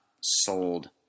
sold